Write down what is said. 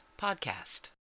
podcast